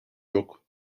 yok